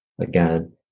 again